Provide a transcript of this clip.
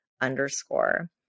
underscore